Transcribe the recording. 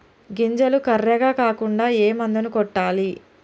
గింజలు కర్రెగ కాకుండా ఏ మందును కొట్టాలి?